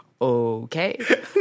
okay